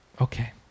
Okay